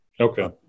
Okay